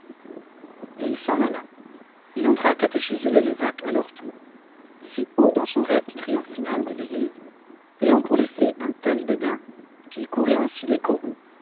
et il s'en alla il entra catéchiser les levaque à leur tour si haut dans son rêve du triomphe final de l'église ayant pour les faits un tel dédain qu'il courait ainsi les corons